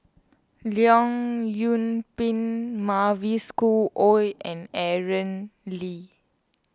Leong Yoon Pin Mavis Khoo Oei and Aaron Lee